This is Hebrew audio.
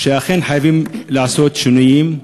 אכן חייבים לעשות שינויים.